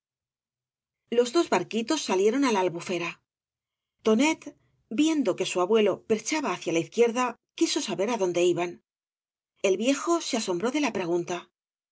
los dos barquitos salieron á la albufera tonet viendo que su abuelo perchaba hacia la izquierda quiso saber dónde iban el viejo se asombró de la pregunta